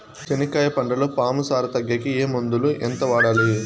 చెనక్కాయ పంటలో పాము సార తగ్గేకి ఏ మందులు? ఎంత వాడాలి?